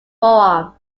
forearm